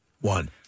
one